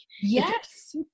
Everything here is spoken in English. Yes